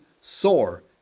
sore